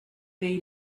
they